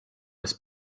was